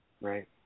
Right